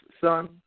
son